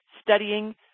studying